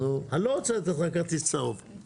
אני לא רוצה לתת לך כרטיס צהוב.